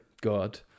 God